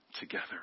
together